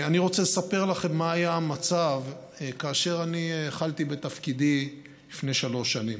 אני רוצה לספר לכם מה היה המצב כאשר אני התחלתי בתפקידי לפני שלוש שנים